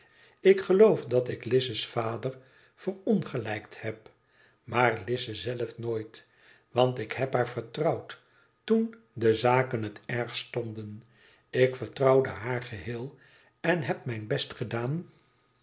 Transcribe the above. ik geloof dat ik lize s vader verongelijkt heb maar lize zelve nooit want ik heb haar vertrouwd toen de zaketf het ergst stonden ik vertrouwde haar geheel en heb mijn best gedaan